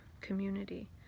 community